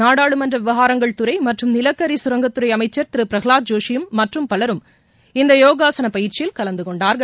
நாடாளுமன்ற விவகாரங்கள் துறை மற்றும் நிலக்கரி கரங்கத்துறை அமைச்சர் திரு பிரகலாத் ஜோஷியும் மற்றும் பலரும் இந்த யோகாசன பயிற்சியில் கலந்துகொண்டார்கள்